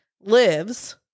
lives